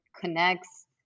connects